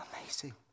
amazing